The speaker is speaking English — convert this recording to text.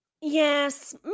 Yes